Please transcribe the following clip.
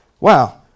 Wow